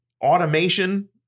Automation